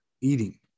eating